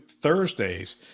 Thursdays